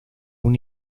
una